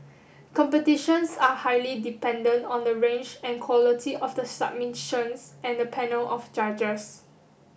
competitions are highly dependent on the range and quality of the submissions and the panel of judges